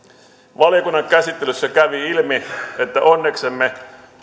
valiokunnan käsittelyssä kävi ilmi että onneksemme